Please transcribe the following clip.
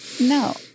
No